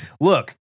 look